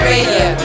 Radio